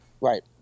Right